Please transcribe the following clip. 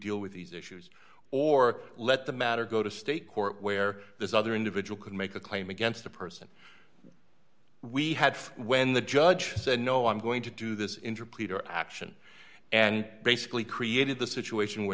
deal with these issues or let the matter go to state court where this other individual could make a claim against the person we had when the judge said no i'm going to do this in action and basically created the situation where